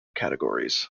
categories